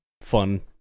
fun